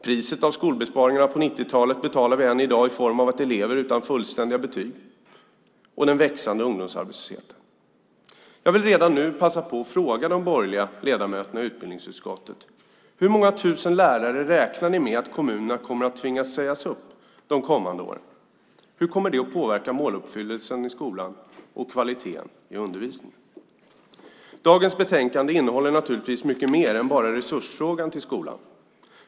Priset för skolbesparingarna på 90-talet betalar vi ännu i dag i form av elever utan fullständiga betyg och en växande ungdomsarbetslöshet. Jag vill redan nu passa på att fråga de borgerliga ledamöterna i utbildningsutskottet: Hur många tusen lärare räknar ni med att kommunerna kommer att tvingas säga upp under de kommande åren? Hur kommer det att påverka måluppfyllelsen i skolan och kvaliteten i undervisningen? Dagens betänkande innehåller naturligtvis mycket mer än bara frågan om resurser till skolan.